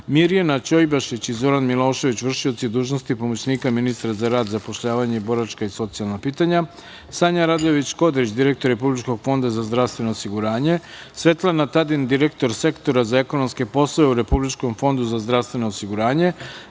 Mirjana Ćojbašić i Zoran Milošević, vršioci dužnosti pomoćnika za rad, zapošljavanje, boračka i socijalna pitanja, Sanja Radojević Škodrić, direktor Republičkog fonda za zdravstveno osiguranje, Svetlana Tadin, direktor Sektora za ekonomske poslove u Republičkom fondu za zdravstveno osiguranje,